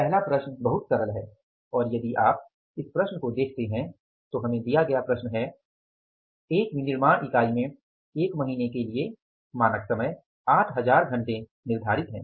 पहला प्रश्न बहुत सरल है और यदि आप इस प्रश्न को देखते हैं तो हमें दिया गया प्रश्न है एक विनिर्माण इकाई में एक महीने के लिए मानक समय 8000 घंटे निर्धारित है